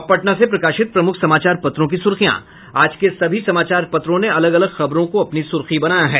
अब पटना से प्रकाशित प्रमुख समाचार पत्रों की सुर्खियां आज के सभी समाचार पत्रों ने अलग अलग खबरों को अपनी सुर्खी बनाया है